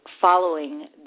following